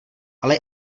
ale